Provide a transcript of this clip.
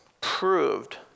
proved